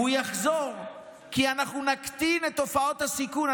הוא יחזור כי אנחנו נקטין את תופעות הסיכון.